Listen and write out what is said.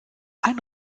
ein